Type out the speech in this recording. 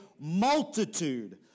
multitude